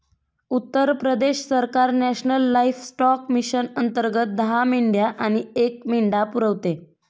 उत्तर प्रदेश सरकार national livestock mission अंतर्गत दहा मेंढ्या आणि एक मेंढा पुरवते